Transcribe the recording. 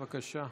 בבקשה.